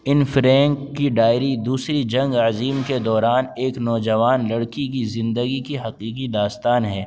ان Frank کی diary دوسری جنگ عظیم کے دوران ایک نوجوان لڑکی کی زندگی کی حقیقی داستان ہے